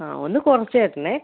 ആ ഒന്ന് കുറച്ച് തരണേ